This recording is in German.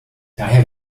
daher